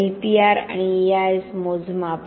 LPR आणि EIS मोजमाप